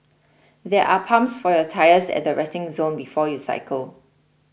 there are pumps for your tyres at the resting zone before you cycle